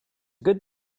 good